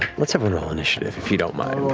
let's have a roll initiative if you don't mind.